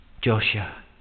Joshua